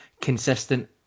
consistent